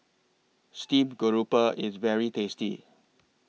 Steamed Grouper IS very tasty